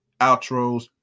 outros